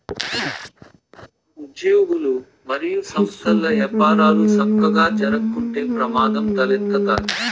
ఉజ్యోగులు, మరియు సంస్థల్ల యపారాలు సక్కగా జరక్కుంటే ప్రమాదం తలెత్తతాది